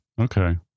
Okay